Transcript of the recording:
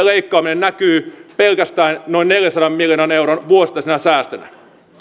leikkaaminen näkyy pelkästään noin neljänsadan miljoonan euron vuosittaisina säästöinä